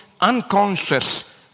unconscious